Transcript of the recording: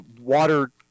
water